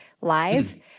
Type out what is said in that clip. live